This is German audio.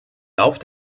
lauf